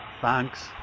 Thanks